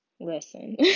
listen